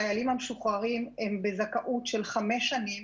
לחיילים המשוחררים יש זכאות של 5 שנים,